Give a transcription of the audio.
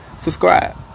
subscribe